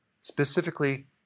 specifically